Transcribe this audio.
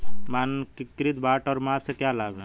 मानकीकृत बाट और माप के क्या लाभ हैं?